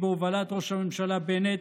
הנוכחית, בהובלת ראש הממשלה בנט